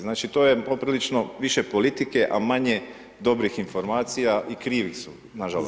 Znači to je poprilično više politike, a manje dobrih informacije i krivi su nažalost.